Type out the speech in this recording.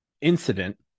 incident